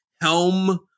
helm